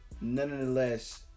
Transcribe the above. nonetheless